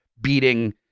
beating